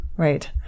Right